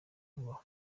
ngo